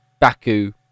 Baku